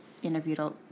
Interviewed